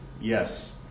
Yes